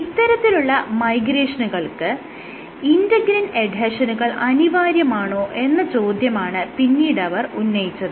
ഇത്തരത്തിലുള്ള മൈഗ്രേഷനുകൾക്ക് ഇന്റെഗ്രിൻ എഡ്ഹെഷനുകൾ അനിവാര്യമാണോ എന്ന ചോദ്യമാണ് പിന്നീട് അവർ ഉന്നയിച്ചത്